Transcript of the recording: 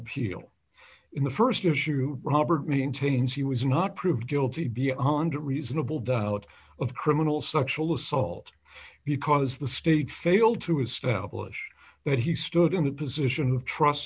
appeal in the st issue robert meaning tains he was not proved guilty beyond a reasonable doubt of criminal sexual assault because the state failed to establish that he stood in a position of trust